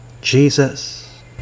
Jesus